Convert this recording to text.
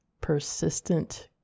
persistent